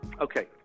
Okay